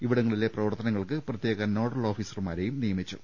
ഇവിടങ്ങളിലെ പ്രവർത്തനങ്ങൾക്ക് പ്രത്യേക നോഡൽ ഓഫീസർമാരേയും നിയമിച്ചു